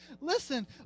listen